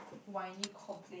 why need complain